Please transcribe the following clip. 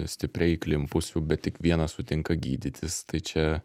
stipriai įklimpusių bet tik vienas sutinka gydytis tai čia